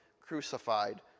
crucified